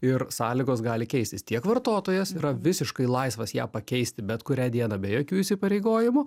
ir sąlygos gali keistis tiek vartotojas yra visiškai laisvas ją pakeisti bet kurią dieną be jokių įsipareigojimų